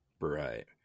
Right